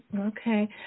okay